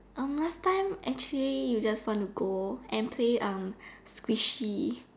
um last time actually you just want to go and play um squishy